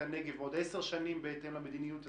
הנגב עוד עשר שנים בהתאם למדיניות הזו?